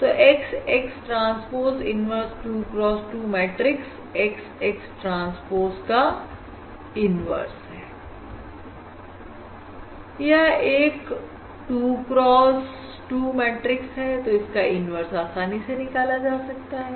तो X X transpose inverse 2 cross 2 matrix X X transpose का inverse है यह एक 2 cross 2 मैट्रिक्स तो इसका इन्वर्स आसानी से निकाला जा सकता है